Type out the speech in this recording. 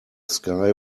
sky